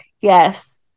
Yes